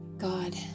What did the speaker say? God